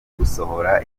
gusohora